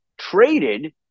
traded